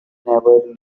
never